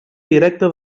directa